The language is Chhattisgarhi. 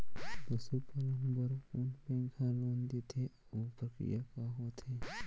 पसु पालन बर कोन बैंक ह लोन देथे अऊ प्रक्रिया का होथे?